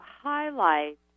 highlight